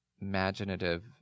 imaginative